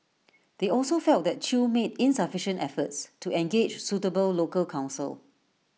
they also felt that chew made insufficient efforts to engage suitable local counsel